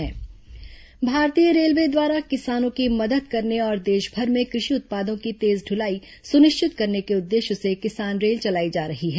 किसान रेल भारतीय रेलवे द्वारा किसानों की मदद करने और देशभर में कृषि उत्पादों की तेज दुलाई सुनिश्चित करने के उद्देश्य से किसान रेल चलाई जा रही है